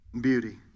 beauty